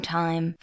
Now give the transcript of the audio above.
time